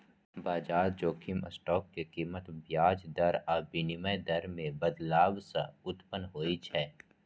बाजार जोखिम स्टॉक के कीमत, ब्याज दर आ विनिमय दर मे बदलाव सं उत्पन्न होइ छै